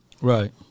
Right